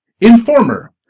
Informer